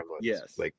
Yes